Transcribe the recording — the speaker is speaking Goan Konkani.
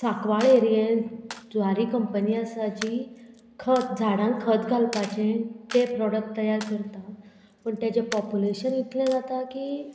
साकवाळ एरियेंत ज्वारी कंपनी आसा जी खत झाडांक खत घालपाचे ते प्रोडक्ट तयार करता पूण तेजें पोप्युलेशन इतलें जाता की